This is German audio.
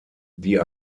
die